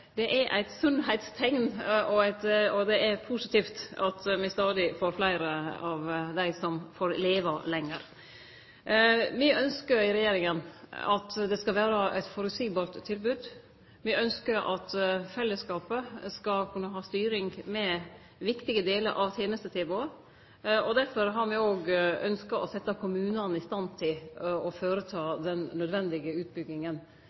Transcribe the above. sunnheitsteikn, og det er positivt at me stadig får fleire som får leve lenge. Me i regjeringa ynskjer at det skal vere eit føreseieleg tilbod. Me ynskjer at fellesskapet skal kunne ha styring med viktige delar av tenestetilbodet. Derfor har me òg ynskt å setje kommunane i stand til å gjere den nødvendige utbygginga.